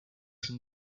fin